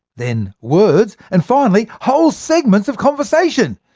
then words and finally, whole segments of conversation.